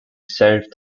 served